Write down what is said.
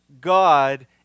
God